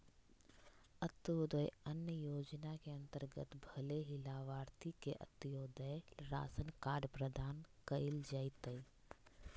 अंत्योदय अन्न योजना के अंतर्गत सभे लाभार्थि के अंत्योदय राशन कार्ड प्रदान कइल जयतै